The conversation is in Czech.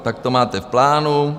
Tak to máte v plánu.